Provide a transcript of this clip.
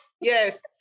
Yes